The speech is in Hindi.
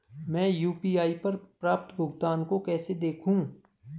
मैं यू.पी.आई पर प्राप्त भुगतान को कैसे देखूं?